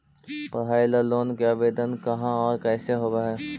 पढाई ल लोन के आवेदन कहा औ कैसे होब है?